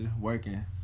Working